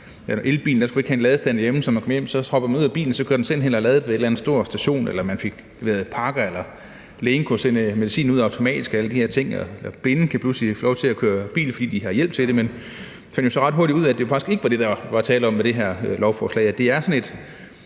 derhjemme til elbilen, sådan at når man kom hjem, hoppede man ud af bilen, og så kørte den selv hen og ladede op ved en eller anden stor station, eller om, at man fik leveret pakker, eller at lægen kunne sende medicin ud automatisk, eller at blinde pludselig kan få lov til at køre bil, fordi de har hjælp til det. Men jeg fandt så ret hurtigt ud af, at det faktisk ikke var det, der var tale om med det her lovforslag; at der er tale